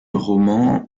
romans